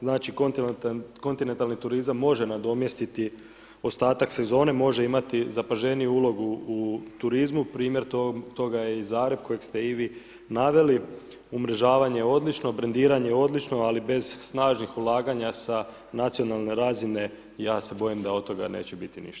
Znači, kontinentalni turizam može nadomjestiti ostatak sezone, može imati zapaženiju ulogu u turizmu, primjer toga je i Zagreb kojeg ste i vi naveli, umrežavanje odlično, brendiranje odlučno, ali bez snažnih ulaganja sa nacionalne razine, ja se bojim da od toga neće biti ništa.